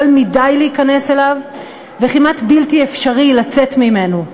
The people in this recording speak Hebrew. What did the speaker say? קל מדי להיכנס אליו וכמעט בלתי אפשרי לצאת ממנו.